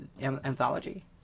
anthology